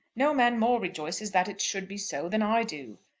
no man more rejoices that it should be so than i do.